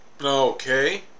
Okay